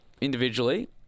Individually